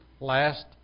last